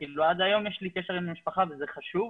עד היום יש לי קשר עם המשפחה וזה חשוב